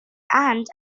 and